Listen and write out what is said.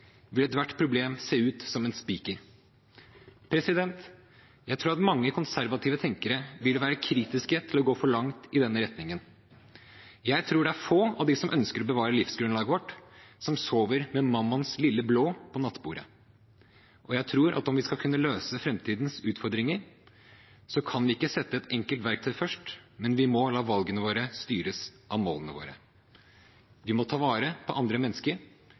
vil ethvert problem synes som en spiker.» Jeg tror mange konservative tenkere ville være kritiske til å gå for langt i den retningen. Jeg tror det er få av dem som ønsker å bevare livsgrunnlaget vårt, som sover med «Mammons lille blå» på nattbordet. Jeg tror at om vi skal kunne løse framtidens utfordringer, kan vi ikke sette et enkelt verktøy først, vi må la valgene våre styres av målene våre. Vi må ta vare på andre mennesker,